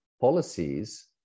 policies